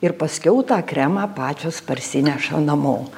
ir paskiau tą kremą pačios parsineša namo